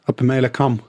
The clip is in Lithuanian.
apie meilę kam